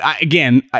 again